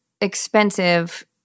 expensive